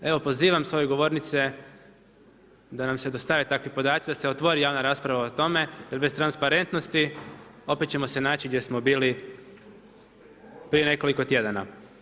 Evo pozivam s ove govornice da nam se dostave takvi podaci, da se otvori javna rasprava o tome jer bez transparentnosti opet ćemo se naći gdje smo bili prije nekoliko tjedana.